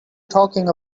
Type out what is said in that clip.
talking